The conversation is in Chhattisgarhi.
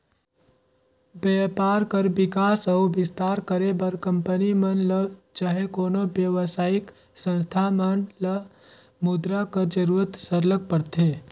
बयपार कर बिकास अउ बिस्तार करे बर कंपनी मन ल चहे कोनो बेवसायिक संस्था मन ल मुद्रा कर जरूरत सरलग परथे